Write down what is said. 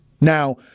Now